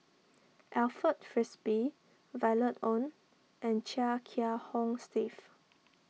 Alfred Frisby Violet Oon and Chia Kiah Hong Steve